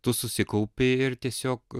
tu susikaupi ir tiesiog